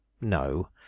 No